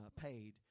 paid